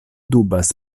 dubas